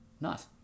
nice